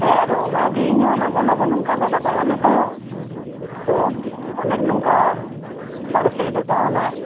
ᱦᱮᱸ ᱟᱫᱚ ᱚᱱᱟ ᱜᱮ ᱤᱧ ᱦᱚᱸ ᱢᱟᱡᱷᱮ ᱢᱟᱡᱷᱮ ᱱᱚᱝᱠᱟ ᱟᱞᱮ ᱞᱮ ᱫᱟᱬᱟᱱᱟ ᱛᱚ ᱟᱫᱚ ᱚᱸᱰᱮ ᱱᱚᱝᱠᱟ ᱵᱟᱨᱦᱮ ᱥᱮᱫ ᱞᱮ ᱫᱟᱬᱟᱱᱟ